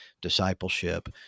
discipleship